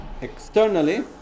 externally